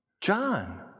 John